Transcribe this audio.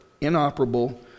inoperable